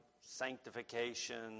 sanctification